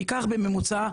ניקח, בממוצע,